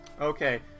Okay